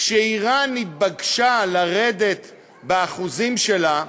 כשאיראן התבקשה לרדת באחוזים שלה,